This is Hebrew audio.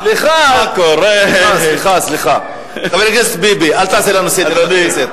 סליחה, חבר הכנסת ביבי, אל תעשה לנו סדר בכנסת.